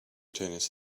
tennis